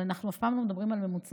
אבל אנחנו אף פעם לא מדברים על ממוצעים,